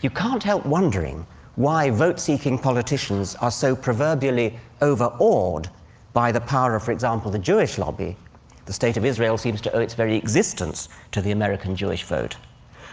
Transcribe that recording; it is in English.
you can't help wondering why vote-seeking politicians are so proverbially overawed by the power of, for example, the jewish lobby the state of israel seems to owe its very existence to the american jewish vote